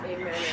Amen